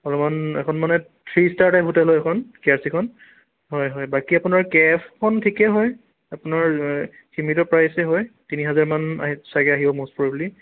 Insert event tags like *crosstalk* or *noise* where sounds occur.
অলপমান এইখন মানে থ্ৰী ষ্টাৰ টাইপ হোটেল হয় এইখন কে আৰ চি খন হয় হয় বাকী আপোনাৰ কে এফ খন ঠিকেই হয় আপোনাৰ সীমিত প্ৰাইছেই হয় তিনিহাজাৰ মান *unintelligible* চাগে আহিব ম'ষ্ট প্ৰ'বেবলী